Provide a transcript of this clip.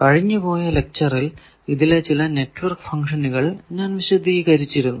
കഴിഞ്ഞു പോയ ലെക്ച്ചറിൽ ഇതിലെ ചില നെറ്റ്വർക്ക് ഫങ്ക്ഷനുകൾ ഞാൻ വിശദീകരിച്ചിരുന്നു